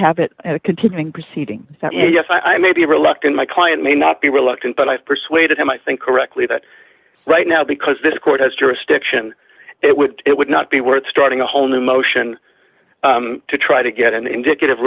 habit and a continuing proceeding yes i may be reluctant my client may not be reluctant but i've persuaded him i think correctly that right now because this court has jurisdiction it would it would not be worth starting a whole new motion to try to get an indicative